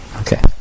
Okay